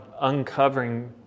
uncovering